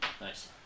Nice